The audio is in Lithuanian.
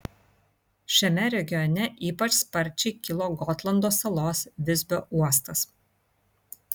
šiame regione ypač sparčiai kilo gotlando salos visbio uostas